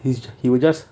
he's he will just